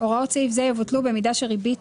"הוראות סעיף זה יבוטלו במידה שריבית